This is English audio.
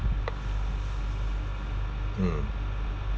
mm